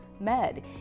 med